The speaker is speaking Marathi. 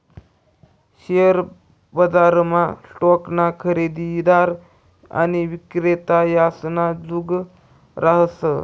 शेअर बजारमा स्टॉकना खरेदीदार आणि विक्रेता यासना जुग रहास